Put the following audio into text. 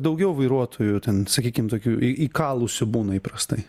daugiau vairuotojų ten sakykim tokių įkalusių būna įprastai